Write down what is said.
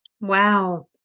Wow